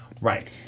Right